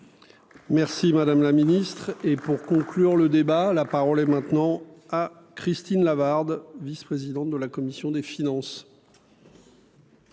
Merci madame la ministre, et pour conclure le débat, la parole est maintenant à Christine Lavarde, vice-présidente de la commission des finances.